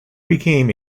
became